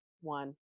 one